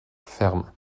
ferme